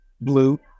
blue